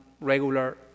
regular